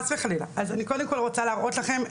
אני קודם כל רוצה להראות לכם,